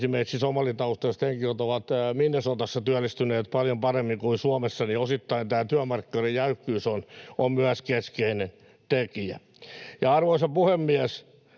esimerkiksi somalitaustaiset henkilöt ovat työllistyneet Minnesotassa paljon paremmin kuin Suomessa. Osittain myös tämä työmarkkinoiden jäykkyys on keskeinen tekijä. Arvoisa puhemies!